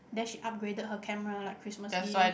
then she upgraded her camera like Christmas gift